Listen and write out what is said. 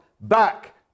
back